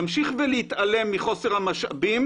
להמשיך ולהתעלם מחוסר המשאבים